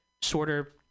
shorter